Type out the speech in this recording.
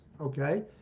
okay